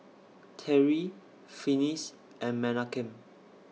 Terri Finis and Menachem